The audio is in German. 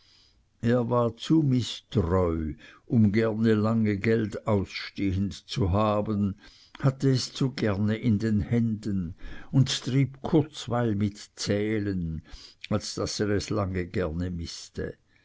er war zu mißtreu um gerne lange geld ausstehend zu haben hatte es zu gerne in den händen und trieb kurzweil mit zählen als daß er es gerne